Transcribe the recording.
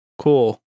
cool